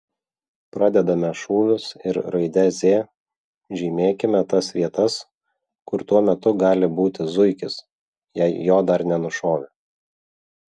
pradedame šūvius ir raide z žymėkime tas vietas kur tuo metu gali būti zuikis jei jo dar nenušovė